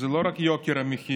זה לא רק יוקר המחיה,